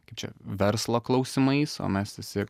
kaip čia verslo klausimais o mes visi